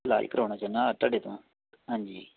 ਇਲਾਜ ਕਰਾਉਣਾ ਚਾਹੁੰਦਾ ਹਾਂ ਤੁਹਾਡੇ ਤੋਂ ਹਾਂਜੀ